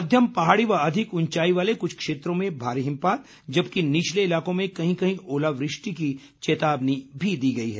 मध्यम पहाड़ी व अधिक ऊंचाई वाले कुछ क्षेत्रों में भारी हिमपात जबकि निचले इलाकों में कहीं कहीं ओलावृष्टि की चेतावनी भी दी गई है